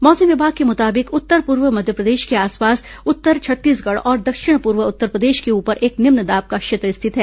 मौसम विभाग के मुताबिक उत्तर पूर्व मध्यप्रदेश के आसपास उत्तर छत्तीसगढ़ तथा दक्षिण पूर्व उत्तरप्रदेश के ऊपर एक निम्न दाब का क्षेत्र स्थित है